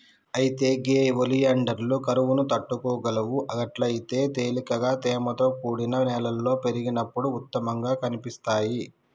అయితే గే ఒలియాండర్లు కరువును తట్టుకోగలవు గట్లయితే తేలికగా తేమతో కూడిన నేలలో పెరిగినప్పుడు ఉత్తమంగా కనిపిస్తాయి